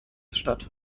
statt